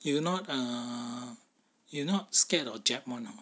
you not err you not scared of jab [one] hor